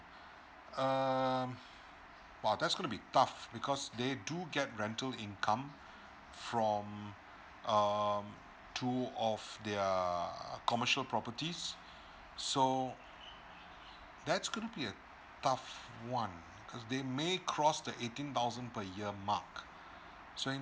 uh !wow! that's gonna be tough because they do get rental income from um two of their commercial properties so that's gonna be a tough one because they may cross the eighteen thousand per year mark so